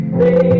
baby